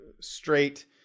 straight